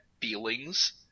feelings